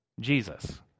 Jesus